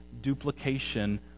duplication